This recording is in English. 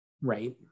Right